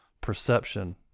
perception